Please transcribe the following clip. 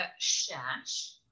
shash